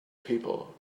people